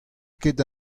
ket